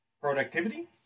productivity